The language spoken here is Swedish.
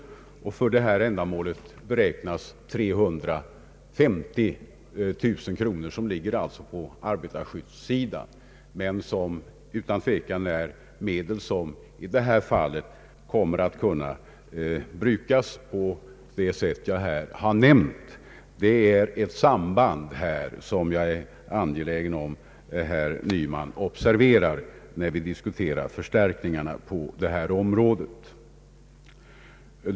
Arbetarskyddsstyrelsen får för detta ändamål ett anslag av 350 000 kro nor, som utan tvekan kommer att kunna brukas på det sätt jag här nämnt. Jag är angelägen om att herr Nyman observerar sambandet när vi diskuterar förstärkningarna på detta område.